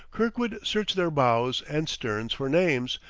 kirkwood searched their bows and sterns for names,